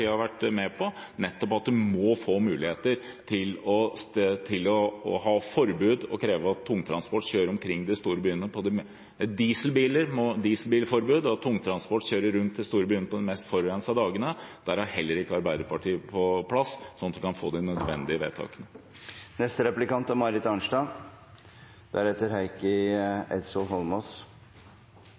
har vi det siste ‒ som heller ikke Arbeiderpartiet har vært med på ‒ at en må få mulighet til å kreve dieselbilforbud, og at tungtransporten kjører rundt de store byene på de mest forurensede dagene. Der er heller ikke Arbeiderpartiet på plass, slik at vi kan få gjort de nødvendige vedtakene.